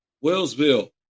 Wellsville